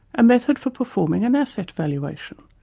a method for performing an asset valuation,